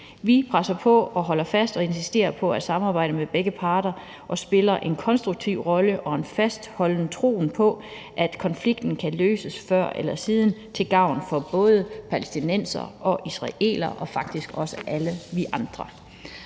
Vi presser på og holder fast og insisterer på at samarbejde med begge parter, og vi spiller en konstruktiv rolle og fastholder troen på, at konflikten kan løses før eller siden til gavn for både palæstinensere og israelere, men faktisk også for alle os andre.